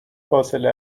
فاصله